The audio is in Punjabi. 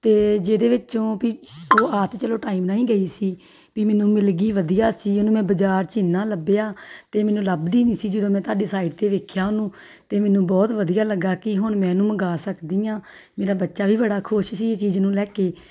ਅਤੇ ਜਿਹਦੇ ਵਿੱਚੋਂ ਵੀ ਉਹ ਆ ਤਾਂ ਚਲੋ ਟਾਈਮ ਨਾਲ ਹੀ ਗਈ ਸੀ ਵੀ ਮੈਨੂੰ ਮਿਲ ਗਈ ਵਧੀਆ ਸੀ ਉਹਨੂੰ ਮੈਂ ਬਾਜ਼ਾਰ 'ਚ ਇੰਨਾ ਲੱਭਿਆ ਅਤੇ ਮੈਨੂੰ ਲੱਭਦੀ ਨਹੀਂ ਸੀ ਜਦੋਂ ਮੈਂ ਤੁਹਾਡੀ ਸਾਈਡ 'ਤੇ ਵੇਖਿਆ ਉਹਨੂੰ ਤਾਂ ਮੈਨੂੰ ਬਹੁਤ ਵਧੀਆ ਲੱਗਾ ਕਿ ਹੁਣ ਮੈਂ ਉਹਨੂੰ ਮੰਗਵਾ ਸਕਦੀ ਹਾਂ ਮੇਰਾ ਬੱਚਾ ਵੀ ਬੜਾ ਖੁਸ਼ ਸੀ ਇਹ ਚੀਜ਼ ਨੂੰ ਲੈ ਕੇ